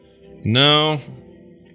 No